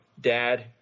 Dad